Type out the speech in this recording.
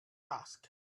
task